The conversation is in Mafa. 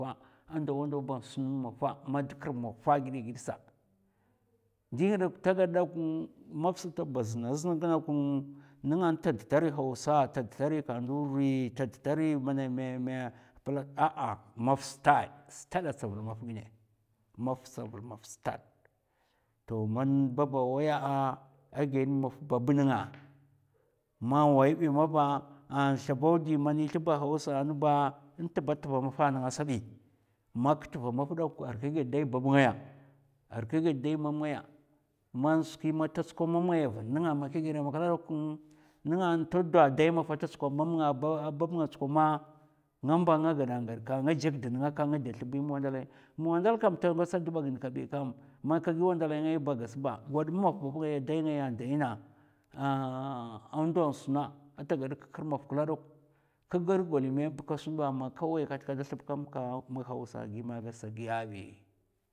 A ndawa ndawa ba a sun mum mafa mad kar mafa a ghidè ghid sa ndi ngid ba ta dakwa, maf sata ba az na zna gina kun nga nta ta dta ri hausa, ta dta ri kanuri, ta dta ri mènè mèmè plak ah ah maf stad, stad a tsavul maf ghinè stavul maf stad toh man babba waya a ghid mum maf bab nènga ma wai bi maba an slbaw di man è slba hausa nba nta ba a tva mafa nga sabi mak tva maf dok aray ka ghèd dai bab ngaya, aray ka ghèd dai mam ngaya man skwi man ta tskwa mam ngaya avuna nènga man kèghèda makla dok ngana ta dwa dai mafa ta tsukwa mam nga a bab nga tsukwa ma, nga mba nga gada gad ka nga jèkad nènga a ngada slibi mma wadalahi, mma wadal kam ta ngwatsa dba gin kabi kam man ka gi wandalai ngay ba gas ba gwad mu maf bab ngaya a dai ngaya daina a ndo suna a ta kkir maf kla dok, ka gad gwali mèmè mba ka sun ba amma kawai kada slab ka mka, hausa gimè katsa a giya bi,